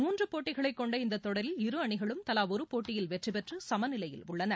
மூன்று போட்டிகளைக் கொண்ட இந்த தொடரில் இரு அணிகளும் தலா ஒரு போட்டியில் வெற்றிபெற்று சம நிலையில் உள்ளன